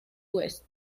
west